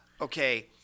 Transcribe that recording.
okay